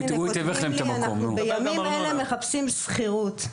בימים האלה מחפשים שכירות,